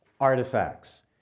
artifacts